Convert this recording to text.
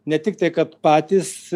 ne tik tai kad patys